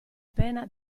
pena